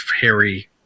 Harry